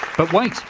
but wait,